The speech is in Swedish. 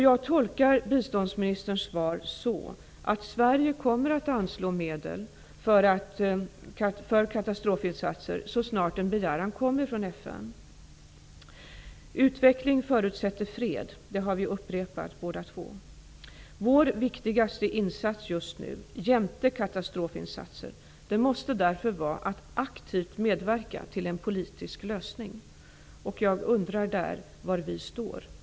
Jag tolkar biståndsministerns svar så, att Sverige kommer att anslå medel för katastrofinsatser så snart en begäran kommer från FN. Att utveckling förutsätter fred, har vi båda två upprepat. Vår just nu viktigaste insats jämte katastrofinsatser måste därför vara att aktivt medverka till en politisk lösning. Jag undrar var vi står i den frågan.